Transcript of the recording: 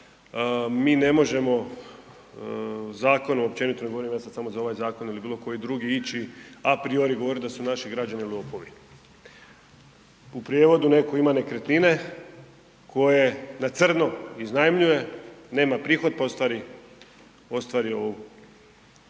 mi ne možemo zakonom, općenito govorim ja sad samo za ovaj zakon ili bilo koji drugi ići apriori govoriti da su naši građani lopovi. U prijevodu, netko ima nekretnine, koje na crno iznajmljuje, nema prihod pa ostvari ovo